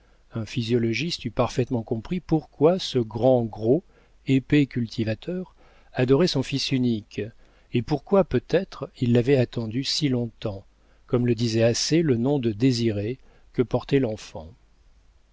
un physiologiste eût parfaitement compris pourquoi ce grand gros épais cultivateur adorait son fils unique et pourquoi peut-être il l'avait attendu si longtemps comme le disait assez le nom de désiré que portait l'enfant